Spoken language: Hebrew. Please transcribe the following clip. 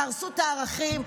תהרסו את הערכים,